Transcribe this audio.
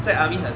在 army 很